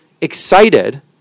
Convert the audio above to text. excited